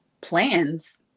plans